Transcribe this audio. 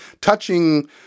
touching